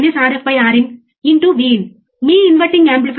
కాబట్టి ఎల్లప్పుడూ నేర్చుకోవడానికి ప్రయత్నించండి ఆపై మీరే ప్రయోగాలు చేయండి